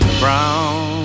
brown